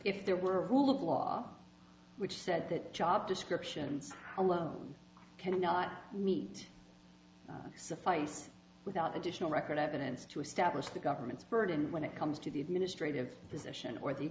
if there were a rule of law which said that job descriptions alone cannot meet suffice without additional record evidence to establish the government's burden when it comes to the administrative position